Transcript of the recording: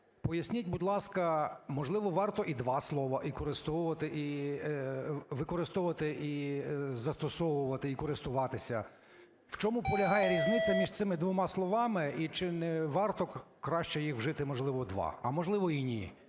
Поясніть, будь ласка, можливо, варто і два слова, і "використовувати", і "застосовувати", і "користуватися"? В чому полягає різниця між цими двома словами? І чи не варто краще їх вжити два, а можливо, і ні?